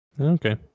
Okay